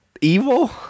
evil